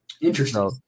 Interesting